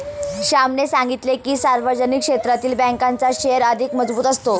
श्यामने सांगितले की, सार्वजनिक क्षेत्रातील बँकांचा शेअर अधिक मजबूत असतो